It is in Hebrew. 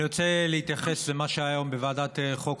אני רוצה להתייחס למה שהיה היום בוועדת החוקה,